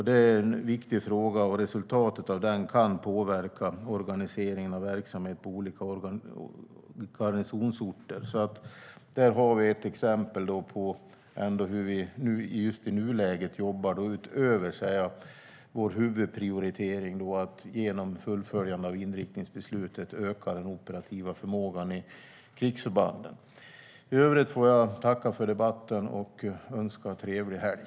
Detta är en viktig fråga, och resultatet av den kan påverka organiseringen av verksamhet på olika garnisonsorter. Där har vi ett exempel på hur vi i nuläget jobbar, utöver vår huvudprioritering att genom fullföljande av inriktningsbeslutet öka den operativa förmågan i krigsförbanden. I övrigt får jag tacka för debatten och önska trevlig helg.